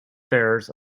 fares